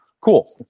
cool